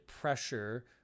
pressure